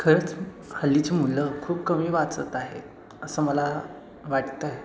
खरंच हल्लीची मुलं खूप कमी वाचत आहे असं मला वाटत आहे